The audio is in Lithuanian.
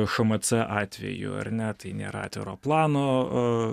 šmc atveju ar ne tai nėra atviro plano